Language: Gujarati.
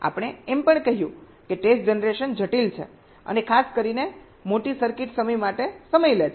આપણે એમ પણ કહ્યું કે ટેસ્ટ જનરેશન જટિલ છે અને ખાસ કરીને મોટી સર્કિટ માટે સમય લે છે